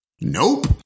Nope